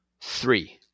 Three